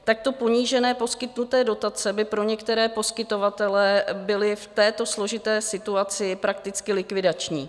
Takto ponížené poskytnuté dotace by pro některé poskytovatele byly v této složité situaci prakticky likvidační.